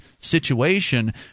situation